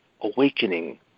awakening